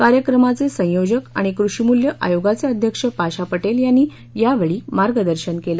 कार्यक्रमाचे संयोजन आणि कृषीमुल्य आयोगाचे अध्यक्ष पाशा पटेल यांनी यावेळी मार्गदर्शन केलं